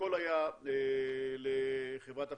הכול היה לחברת החשמל.